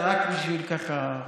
זה רק בשביל ככה,